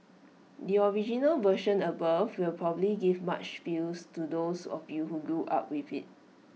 the original version above will probably give much feels to those of you who grew up with IT